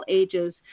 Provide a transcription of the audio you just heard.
ages